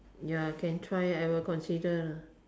ya can try I will consider lah